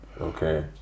Okay